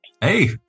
hey